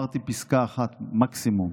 אמרתי פסקה אחת מקסימום.